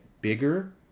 bigger